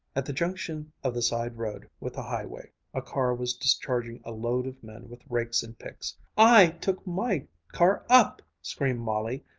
at the junction of the side-road with the highway, a car was discharging a load of men with rakes and picks. i took my car up! screamed molly,